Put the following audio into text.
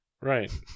Right